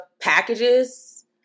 packages